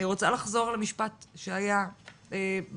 אני רוצה לחזור על המשפט שהיה במצגת,